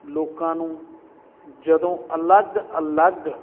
ਲੋਕਾਂ ਨੂੰ ਜਦੋਂ ਅਲੱਗ ਅਲੱਗ